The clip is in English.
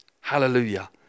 Hallelujah